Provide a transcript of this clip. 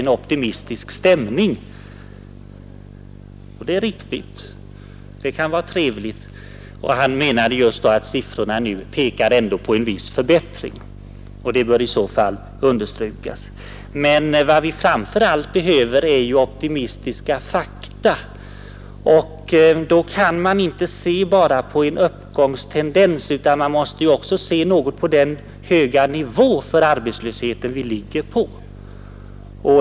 Inrikesministern sade nyss att vi behöver ”en optimistisk stämning”. Han menade att siffrorna nu ändå pekar på en viss förbättring, och det bör i så fall understrykas. Men vad vi framför allt behöver är ju optimistiska fakta, och då kan man inte bara se till en liten ändringstendens utan man måste ju också se på den höga nivå som arbetslösheten ligger på.